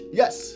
yes